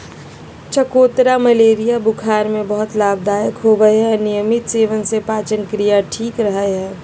चकोतरा मलेरिया बुखार में बहुत लाभदायक होवय हई नियमित सेवन से पाचनक्रिया ठीक रहय हई